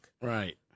Right